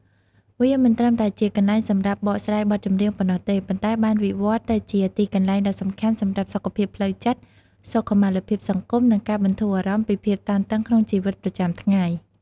វាមិនត្រឹមតែជាកន្លែងសម្រាប់បកស្រាយបទចម្រៀងប៉ុណ្ណោះទេ ប៉ុន្តែបានវិវត្តទៅជាទីកន្លែងដ៏សំខាន់សម្រាប់សុខភាពផ្លូវចិត្ត សុខុមាលភាពសង្គម និងការបន្ធូរអារម្មណ៍ពីភាពតានតឹងក្នុងជីវិតប្រចាំថ្ងៃ។